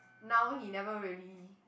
now he never really